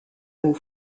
mot